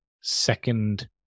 second